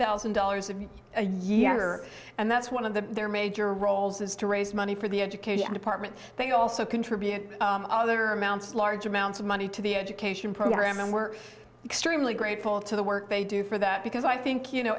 thousand dollars of a younger and that's one of the major roles is to raise money for the education department they also contribute other amounts large amounts of money to the education program and we're extremely grateful to the work they do for that because i think you know